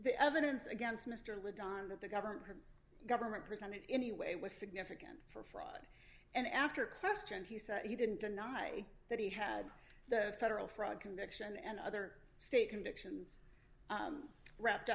the evidence against mr le don that the government her government presented anyway was significant for fraud and after question he said he didn't deny that he had the federal fraud conviction and other state convictions wrapped